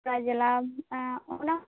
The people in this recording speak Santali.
ᱯᱚᱨᱟᱭ ᱡᱮᱞᱟ ᱚᱱᱟ